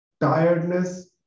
tiredness